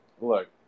Look